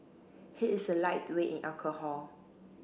he is a lightweight in alcohol